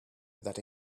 that